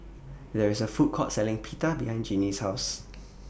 There IS A Food Court Selling Pita behind Ginny's House